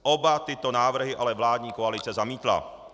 Oba tyto návrhy ale vládní koalice zamítla.